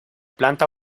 planta